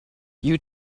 you